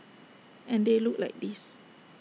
and they look like this